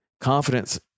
confidence